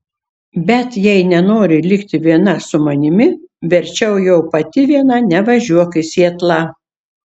bet jei nenori likti viena su manimi verčiau jau pati viena nevažiuok į sietlą